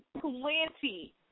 Plenty